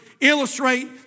Illustrate